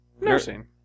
Nursing